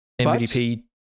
MVP